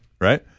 Right